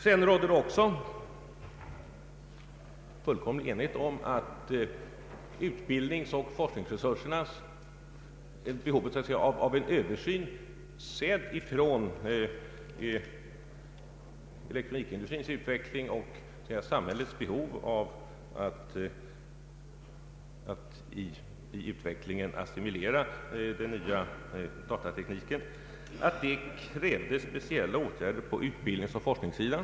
Sedan rådde det också fullkomlig enighet om behovet av en översyn av utbildningsoch = forskningsresurser, sedd från elektronikindustrins utveckling och samhällets behov att i utvecklingen assimilera den nya datatekniken. Här krävdes speciella åtgärder på utbildningsoch forskningssidan.